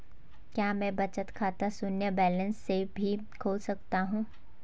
क्या मैं बचत खाता शून्य बैलेंस से भी खोल सकता हूँ?